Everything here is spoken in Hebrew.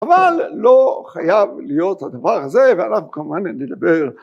אבל לא חייב להיות הדבר הזה, ועליו, כמובן, נדבר